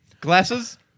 Glasses